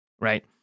right